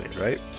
right